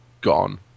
gone